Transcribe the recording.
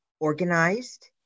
organized